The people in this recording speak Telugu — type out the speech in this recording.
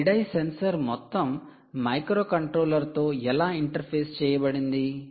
ఈ గ్రిడ్ ఐ సెన్సార్ మొత్తం మైక్రోకంట్రోలర్తో ఎలా ఇంటర్ఫేస్ చేయబడింది